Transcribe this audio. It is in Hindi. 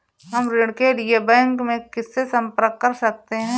हम ऋण के लिए बैंक में किससे संपर्क कर सकते हैं?